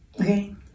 Okay